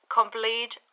complete